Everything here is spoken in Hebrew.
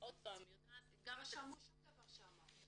------ הפרוטוקול לא קלט שום דבר.